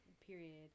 period